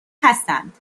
هستند